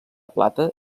plata